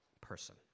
person